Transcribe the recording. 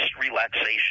relaxation